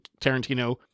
Tarantino